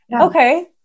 Okay